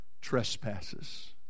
trespasses